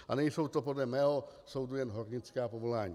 A nejsou to podle mého soudu jen hornická povolání.